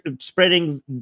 spreading